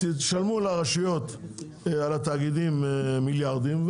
תשלמו לרשויות על התאגידים מיליארדים,